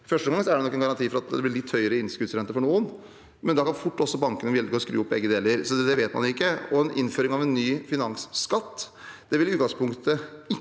Først og fremst er det nok en garanti for at det blir litt høyere innskuddsrente for noen, men da kan også bankene fort velge å skru opp begge deler. Det vet man ikke. Innføring av en ny finansskatt vil i utgangspunktet ikke